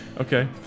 Okay